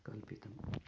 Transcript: कल्पितम्